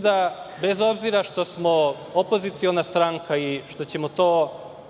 da, bez obzira što smo opoziciona stranka i što ćemo to